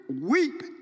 weep